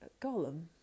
Golem